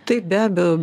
tai be abejo